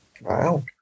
wow